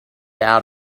out